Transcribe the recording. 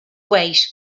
wait